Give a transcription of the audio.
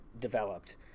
developed